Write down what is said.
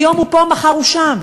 היום הוא פה, מחר הוא שם.